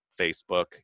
Facebook